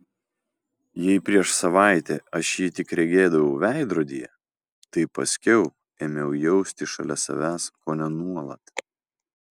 jei prieš savaitę aš jį tik regėdavau veidrodyje tai paskiau ėmiau jausti šalia savęs kone nuolat